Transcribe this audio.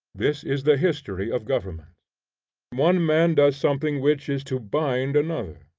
this is the history of governments one man does something which is to bind another.